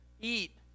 Eat